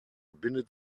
bindet